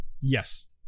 Yes